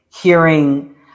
hearing